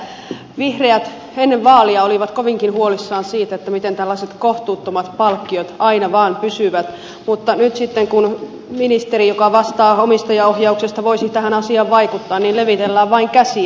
vihreät ennen vaaleja olivat kovinkin huolissaan siitä miten tällaiset kohtuuttomat palkkiot aina vaan pysyvät mutta nyt sitten kun ministeri joka vastaa omistajaohjauksesta voisi tähän asiaan vaikuttaa niin levitellään vain käsiä